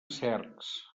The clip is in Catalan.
cercs